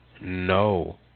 No